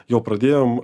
jau pradėjom